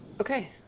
Okay